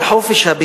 על הכביש.